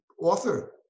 author